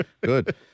good